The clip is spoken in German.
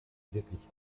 wirklich